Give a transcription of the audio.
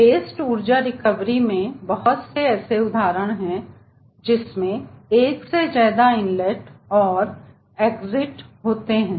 waste ऊर्जा recovery में बहुत से ऐसे उदाहरण हैं जिसमें एक से ज्यादा इनलेट और एग्जिट होते हैं